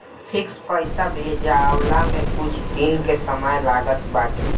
fix पईसा भेजाववला में कुछ दिन के समय लागत बाटे